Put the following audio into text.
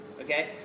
Okay